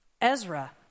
Ezra